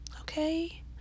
Okay